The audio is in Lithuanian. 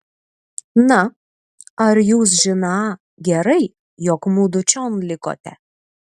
na ar jūs žiną gerai jog mudu čion likote